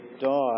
die